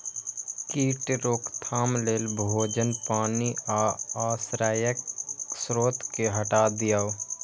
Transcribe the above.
कीट रोकथाम लेल भोजन, पानि आ आश्रयक स्रोत कें हटा दियौ